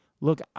look